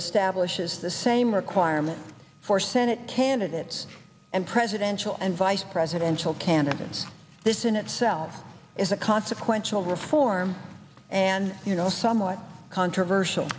establishes the same requirement for senate candidates and presidential and vice presidential candidates this in itself is a consequential reform and you know somewhat controversial